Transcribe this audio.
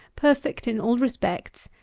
perfect in all respects,